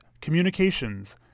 communications